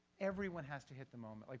everyone has to hit the moment. like